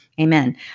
Amen